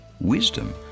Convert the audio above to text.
wisdom